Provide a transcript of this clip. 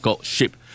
ship